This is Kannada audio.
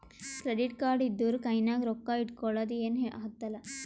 ಕ್ರೆಡಿಟ್ ಕಾರ್ಡ್ ಇದ್ದೂರ ಕೈನಾಗ್ ರೊಕ್ಕಾ ಇಟ್ಗೊಳದ ಏನ್ ಹತ್ತಲಾ